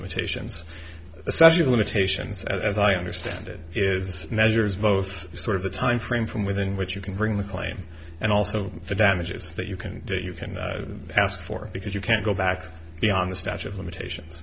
limitations a statute of limitations as i understand it is measures both sort of the timeframe from within which you can bring the claim and also the damages that you can that you can ask for because you can't go back beyond the statute of limitations